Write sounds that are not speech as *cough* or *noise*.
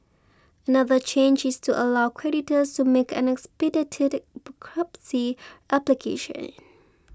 another change is to allow creditors to make an expedited *unintelligible* application